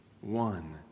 One